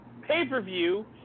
pay-per-view